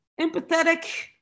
empathetic